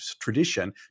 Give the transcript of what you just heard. tradition